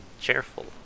cheerful